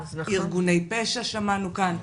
ארגוני פשע שמענו כאן.